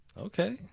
Okay